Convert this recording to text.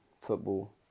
football